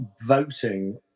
voting